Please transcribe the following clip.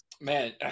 Man